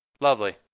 Lovely